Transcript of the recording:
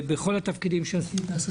בכל התפקידים שמילאת עשית